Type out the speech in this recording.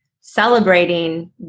celebrating